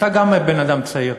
אתה גם בן-אדם צעיר,